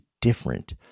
different